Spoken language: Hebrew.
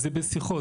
זה בשיחות,